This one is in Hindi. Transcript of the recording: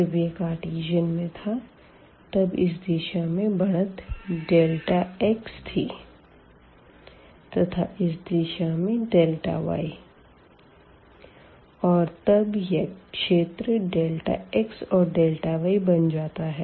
जब यह कार्टीजन में था तब इस दिशा में बढ़त x थी तथा इस दिशा में y और तब यह क्षेत्र Δx or Δy बन जाता है